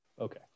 Okay